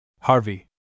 Harvey